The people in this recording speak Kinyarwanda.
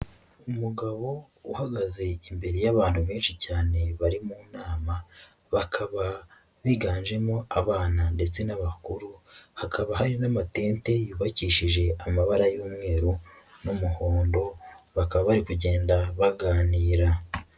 Umugabo uhagaze imbere y'abantu benshi cyane, bari mu nama bakaba biganjemo abana ndetse n'abakuru, hakaba hari n'amadente y'ubakishijeje amabara y'umweru n'umuhondo, bakaba bari kugenda baganira.